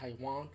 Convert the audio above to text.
Taiwan